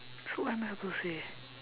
so what am I supposed to say